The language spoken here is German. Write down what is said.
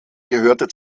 gehörte